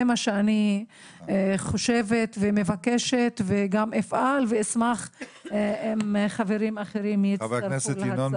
זה מה שאני חושבת ומבקשת וגם אפעל ואשמח אם חברים אחרים יצטרפו אלי.